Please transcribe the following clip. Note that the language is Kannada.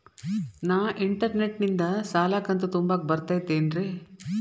ನಾ ಇಂಟರ್ನೆಟ್ ನಿಂದ ಸಾಲದ ಕಂತು ತುಂಬಾಕ್ ಬರತೈತೇನ್ರೇ?